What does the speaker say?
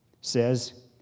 says